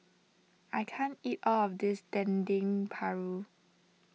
I can't eat all of this Dendeng Paru